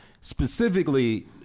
specifically